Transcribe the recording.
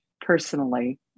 personally